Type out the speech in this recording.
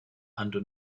under